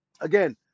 again